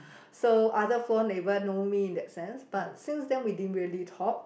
so other floor neighbour know me in the sense but since then we didn't really talk